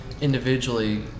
individually